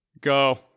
Go